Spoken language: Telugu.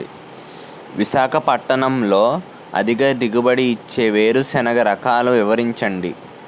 విశాఖపట్నంలో అధిక దిగుబడి ఇచ్చే వేరుసెనగ రకాలు వివరించండి?